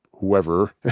whoever